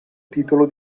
titolo